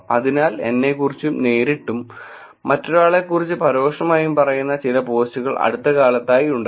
അതിനാൽ എന്നെക്കുറിച്ച് നേരിട്ടും മറ്റൊരാളെ കുറിച്ച് പരോക്ഷമായും പറയുന്ന ചില പോസ്റ്റുകൾ അടുത്തകാലത്തായി ഉണ്ടായിരുന്നു